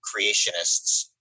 creationists